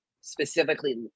specifically